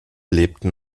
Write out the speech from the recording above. lebten